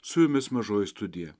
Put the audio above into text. su jumis mažoji studija